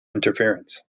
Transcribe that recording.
interference